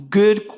good